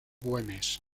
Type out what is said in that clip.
güemes